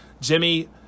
jimmy